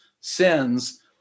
sins